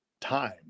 time